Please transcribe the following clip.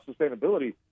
sustainability